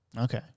Okay